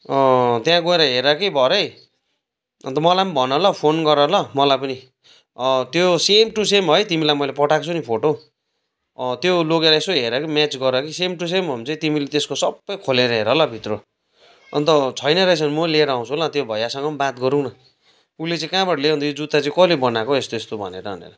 अँ त्यहाँ गएर हेर कि भरे अन्त मलाई पनि भन ल फोन गर ल मलाई पनि त्यो सेम टु सेम है तिमीलाई मैले पठाएको छु नि फोटो त्यो लोगेर यसो हेर कि म्याच गर कि सेम टु सेम हो भने चाहिँ तिमीले त्यसको सबै खोलेर हेर ल भित्र अन्त छैन रहेछ भने म लिएर आउँछु ल त्यो भैयासँग पनि बात गरौँ न उसले चाहिँ कहाँबाट ल्यायो अन्त यो जुत्ता चाहिँ कसले बनाएको यस्तो यस्तो भनेर